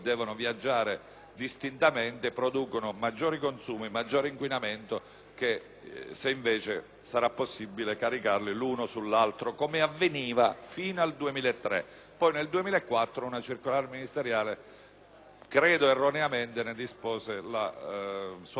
se viaggiassero caricati l'uno sull'altro, come avveniva fino al 2003; poi, nel 2004, una circolare ministeriale, credo erroneamente, ne dispose la soppressione.